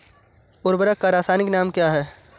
उर्वरक का रासायनिक नाम क्या है?